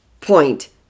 point